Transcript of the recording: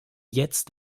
jetzt